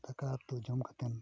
ᱫᱟᱠᱟ ᱩᱛᱩ ᱡᱚᱢ ᱠᱟᱛᱮᱱ